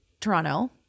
Toronto